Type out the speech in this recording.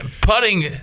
putting